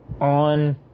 on